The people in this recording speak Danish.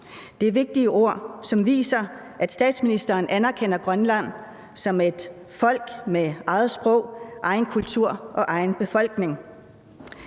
Det er vigtige ord, som viser, at statsministeren anerkender Grønland som et folk med eget sprog, egen kultur og egen befolkning.